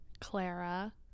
Clara